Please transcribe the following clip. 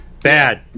bad